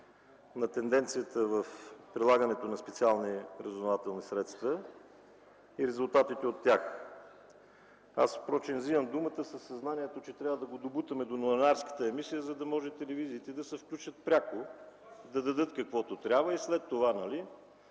на тенденцията в прилагането на специални разузнавателни средства и резултатите от тях. Впрочем вземам думата със съзнанието, че трябва да го добутаме до новинарската емисия, за да може пряко да се включат телевизиите, да дадат каквото трябва и след това да